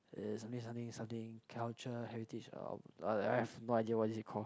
it means something something culture heritage ah I I have no idea what is it called